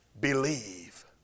believe